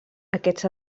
aquests